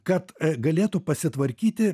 kad galėtų pasitvarkyti